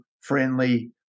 friendly